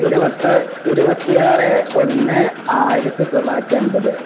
ഇരുപത്തിയാറ് ഒന്ന് ആയിരത്തിത്തൊള്ളായിരത്തി എൺപത്